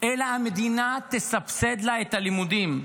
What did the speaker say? אלא שהמדינה תסבסד לה את הלימודים.